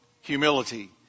Humility